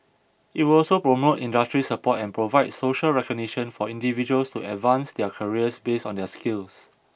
it will also promote industry support and provide social recognition for individuals to advance their careers based on their skills